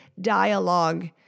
dialogue